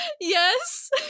yes